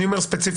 אני מדבר ספציפית,